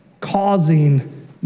causing